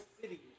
city